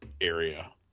area